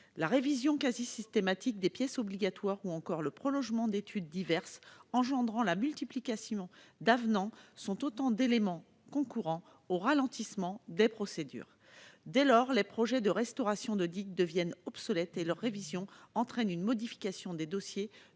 La révision quasi systématique des pièces obligatoires ou encore le prolongement d'études diverses engendrant la multiplication d'avenants sont autant d'éléments concourant aux ralentissements des procédures. Dès lors, les projets de restauration de digues deviennent obsolètes et leur révision entraîne une modification des dossiers